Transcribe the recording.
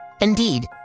indeed